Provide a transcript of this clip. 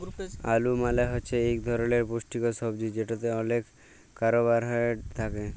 আলু মালে হছে ইক ধরলের পুষ্টিকর ছবজি যেটতে অলেক কারবোহায়ডেরেট থ্যাকে